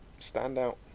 standout